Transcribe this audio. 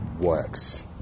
works